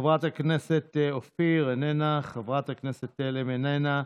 חברת הכנסת אופיר, איננה, חברת הכנסת תלם, איננה.